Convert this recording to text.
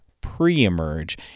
pre-emerge